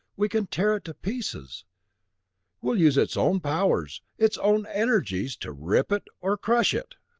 we can tear it to pieces we'll use its own powers, its own energies, to rip it, or crush it.